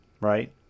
right